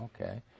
okay